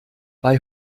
bei